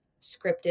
scripted